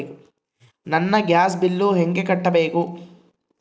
ನನ್ನ gas bill ಹೆಂಗ ಕಟ್ಟಬೇಕು?